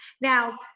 Now